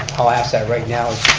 i'll ask that right now